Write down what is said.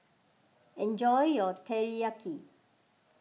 enjoy your Teriyaki